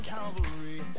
Calvary